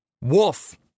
Wolf